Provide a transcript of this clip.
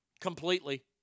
completely